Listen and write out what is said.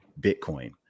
Bitcoin